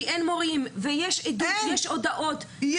כי אין מורים ויש עדויות --- יש